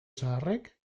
zaharrek